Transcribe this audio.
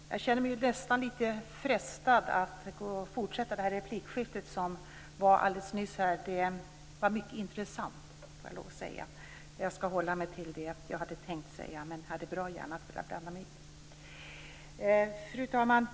Fru talman! Jag känner mig nästan litet frestad att fortsätta det replikskifte som var alldeles nyss. Det var mycket intressant får jag lov att säga. Jag skall hålla mig till det jag hade tänkt säga, men jag hade bra gärna velat blanda mig i. Fru talman!